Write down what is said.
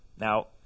Now